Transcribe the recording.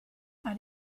par